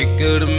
good